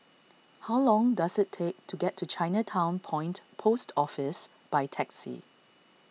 how long does it take to get to Chinatown Point Post Office by taxi